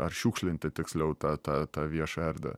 ar šiukšlinti tiksliau tą tą tą viešą erdvę